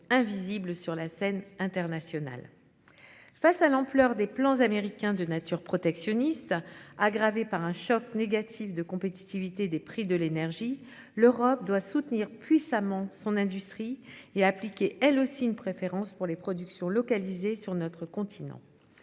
invisible sur la scène internationale. Face à l'ampleur des plans américains de nature protectionniste. Aggravée par un choc négatif de compétitivité des prix de l'énergie, l'Europe doit soutenir puissamment son industrie et appliquée, elle aussi une préférence pour les productions localisée sur notre continent.